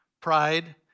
pride